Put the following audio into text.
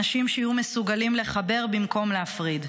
אנשים שיהיו מסוגלים לחבר במקום להפריד.